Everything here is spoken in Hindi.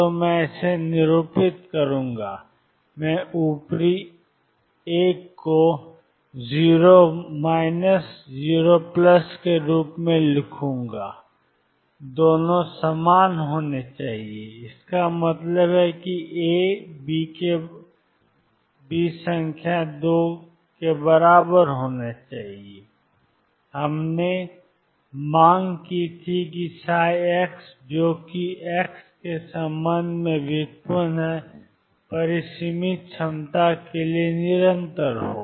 तो मैं इसे निरूपित करूंगा मैं ऊपरी 1 को 0 0 के रूप में लिखूंगा और दोनों समान होने चाहिए और इसका मतलब ए बी संख्या 2 है हमने मांग की थी कि जो कि एक्स के संबंध में व्युत्पन्न है परिमित क्षमता के लिए निरंतर हो